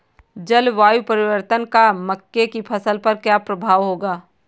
जलवायु परिवर्तन का मक्के की फसल पर क्या प्रभाव होगा?